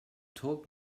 told